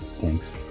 thanks